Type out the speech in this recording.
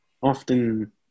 often